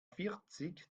vierzig